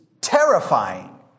terrifying